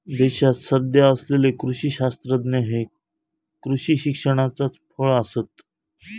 देशात सध्या असलेले कृषी शास्त्रज्ञ हे कृषी शिक्षणाचाच फळ आसत